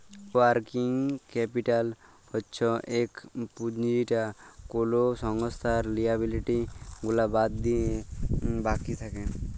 working capital হচ্ছ যে পুঁজিটা কোলো সংস্থার লিয়াবিলিটি গুলা বাদ দিলে বাকি থাক্যে